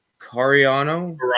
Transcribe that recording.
Cariano